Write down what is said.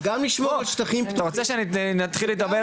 אתה רוצה שנתחיל לדבר,